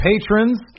patrons